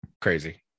crazy